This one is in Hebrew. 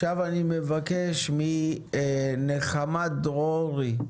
עכשיו אני מבקש מנחמה דרורי.